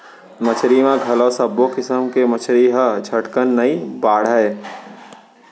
मछरी म घलौ सब्बो किसम के मछरी ह झटकन नइ बाढ़य